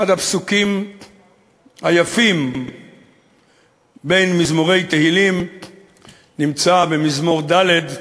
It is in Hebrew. אחד הפסוקים היפים בין מזמורי תהילים נמצא במזמור ד':